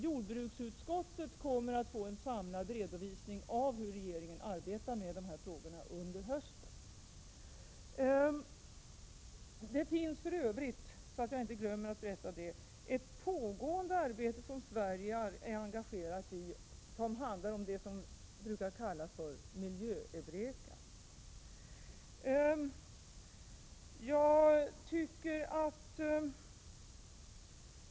Jordbruksutskottet kommer dessutom under hösten att få en samlad redovisning av hur regeringen arbetar med dessa frågor. Det finns för övrigt ett pågående arbete som Sverige är engagerat i som handlar om det som brukar kallas för Miljö-Eureka.